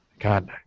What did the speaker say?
God